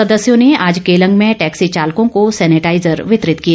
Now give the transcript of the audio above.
सदस्यों ने आज केलंग में टैक्सी चालकों को सेनेटाईजर वितरित किए